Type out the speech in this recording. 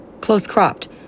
close-cropped